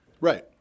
Right